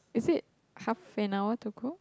is it half an hour to go